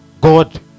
God